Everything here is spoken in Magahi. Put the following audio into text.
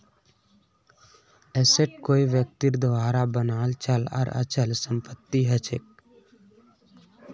एसेट कोई व्यक्तिर द्वारा बनाल चल आर अचल संपत्ति हछेक